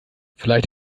vielleicht